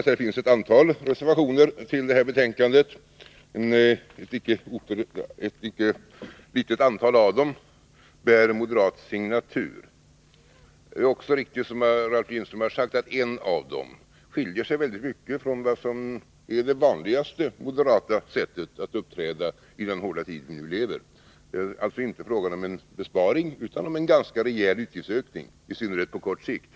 Det finns ett antal reservationer till detta betänkande. Ett icke obetydligt antal av dem bär moderat signatur. Det är också riktigt som Ralf Lindström har sagt att en av dem skiljer sig väldigt mycket från det som är det vanligaste moderata sättet att uppträda i den hårda tid vi nu lever. Det är alltså inte fråga om en besparing utan om en ganska rejäl utgiftsökning, i synnerhet på kort sikt.